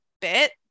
bit